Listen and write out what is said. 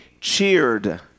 cheered